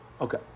Okay